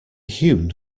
hewn